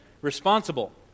responsible